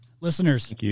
Listeners